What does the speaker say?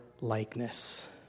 likeness